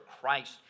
Christ